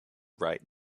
write